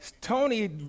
Tony